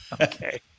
Okay